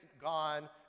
gone